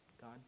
God